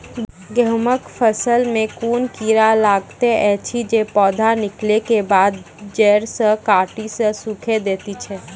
गेहूँमक फसल मे कून कीड़ा लागतै ऐछि जे पौधा निकलै केबाद जैर सऽ काटि कऽ सूखे दैति छै?